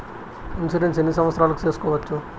Insurance ఎన్ని సంవత్సరాలకు సేసుకోవచ్చు?